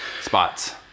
spots